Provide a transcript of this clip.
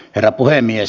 herra puhemies